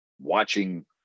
watching